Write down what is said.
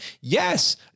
Yes